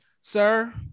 Sir